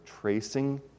tracing